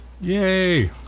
Yay